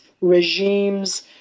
regimes